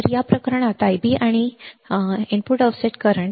तर या प्रकरणात Ib किंवा इनपुट ऑफसेट करंट